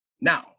now